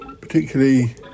particularly